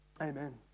amen